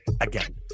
again